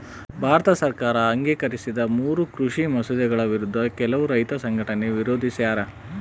ಭಾರತ ಸರ್ಕಾರ ಅಂಗೀಕರಿಸಿದ ಮೂರೂ ಕೃಷಿ ಮಸೂದೆಗಳ ವಿರುದ್ಧ ಕೆಲವು ರೈತ ಸಂಘಟನೆ ವಿರೋಧಿಸ್ಯಾರ